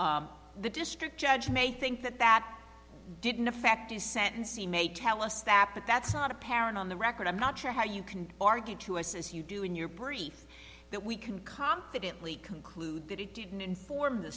and the district judge may think that that didn't affect his sentence he may tell us that but that's not apparent on the record i'm not sure how you can argue to us as you do in your brief that we can confidently conclude that he didn't inform the